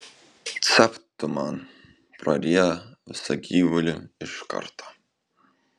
capt tu man prarijo visą gyvulį iš karto